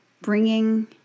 bringing